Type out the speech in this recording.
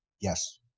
Yes